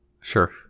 Sure